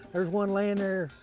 there's one laying there,